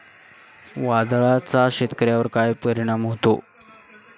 वादळाचा शेतकऱ्यांवर कसा परिणाम होतो?